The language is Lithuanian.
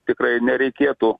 tikrai nereikėtų